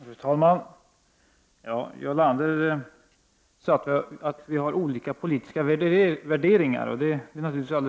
Fru talman! Jarl Lander sade att vi har olika politiska värderingar. Detta är naturligtvis sant.